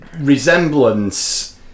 resemblance